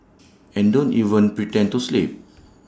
and don't even pretend to sleep